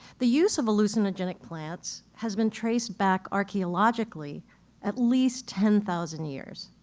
the use of hallucinogenic plants has been traced back archaeologically at least ten thousand years.